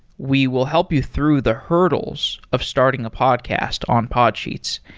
we will help you through the hurdles of starting a podcast on podsheets.